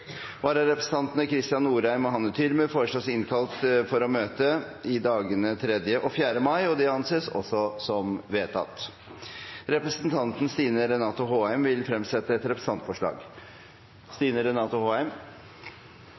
Vararepresentantene, Kristian Norheim og Hanne Thürmer, innkalles for å møte i dagene 3. og 4. mai. Representanten Stine Renate Håheim vil fremsette et representantforslag.